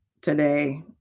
today